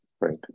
right